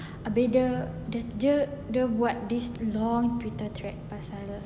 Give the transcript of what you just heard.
habis dia dia buat this long twitter thread pasal